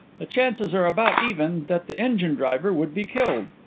the chances are about even that the engine-driver would be killed.